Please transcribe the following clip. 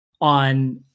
on